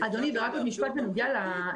אפשר גם להחזיר אותם חלקית.